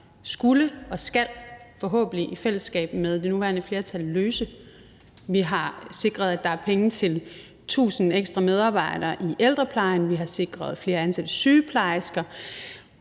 skullet og skal, forhåbentlig i fællesskab med det nuværende flertal, løse. Vi har sikret, at der er penge til 1.000 ekstra medarbejdere i ældreplejen. Vi har sikret flere ansatte sygeplejersker.